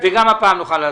וגם הפעם נוכל לעשות.